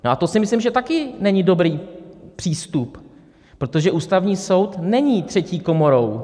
A to si myslím, že taky není dobrý přístup, protože Ústavní soud není třetí komorou.